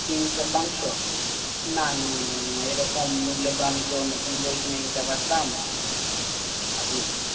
তিন শতাংশ না এরকম মূল্যে তো আমি তো নতুন বই কিনে নিতে পারতাম আপনি